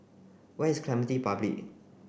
where is Clementi Public